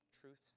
truths